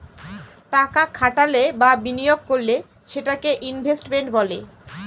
টাকা খাটালে বা বিনিয়োগ করলে সেটাকে ইনভেস্টমেন্ট বলে